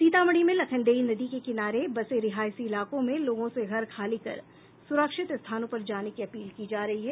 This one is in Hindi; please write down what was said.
सीतामढ़ी में लखनदेई नदी के किनारे बसे रिहायसी इलाकों में लोगों से घर खाली कर सुरक्षित स्थानों पर जाने की अपील की जा रही है